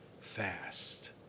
fast